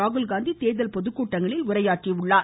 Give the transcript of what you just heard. ராகுல்காந்தி தேர்தல் பொதுக்கூட்டங்களில் உரையாற்றியுள்ளார்